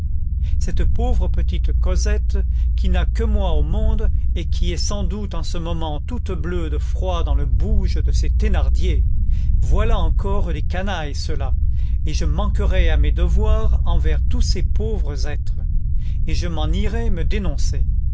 cette pauvre petite cosette qui n'a que moi au monde et qui est sans doute en ce moment toute bleue de froid dans le bouge de ces thénardier voilà encore des canailles ceux-là et je manquerais à mes devoirs envers tous ces pauvres êtres et je m'en irais me dénoncer